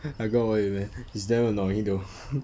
I got what you meant it's damn annoying though